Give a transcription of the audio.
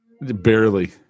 Barely